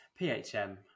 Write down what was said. PHM